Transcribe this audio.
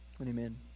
Amen